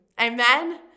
Amen